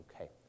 Okay